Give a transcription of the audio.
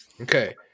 Okay